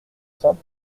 simple